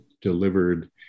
delivered